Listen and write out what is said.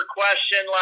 question